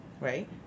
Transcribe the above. right